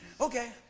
Okay